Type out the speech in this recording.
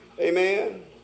Amen